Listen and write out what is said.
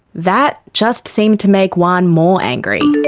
that just seemed to make wan more angry.